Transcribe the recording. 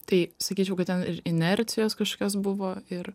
tai sakyčiau kad ten ir inercijos kažkokios buvo ir